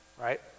Right